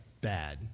bad